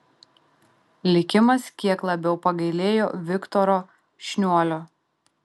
likimas kiek labiau pagailėjo viktoro šniuolio